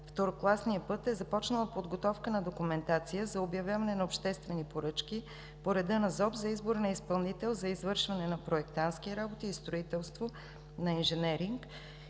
второкласния път е започнала подготовка на документация за обявяване на обществени поръчки по реда на Закона за обществените поръчки за избор на изпълнител за извършване на проектантски работи и строителство, на инженеринг,